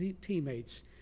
teammates